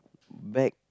back